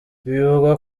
bivugwa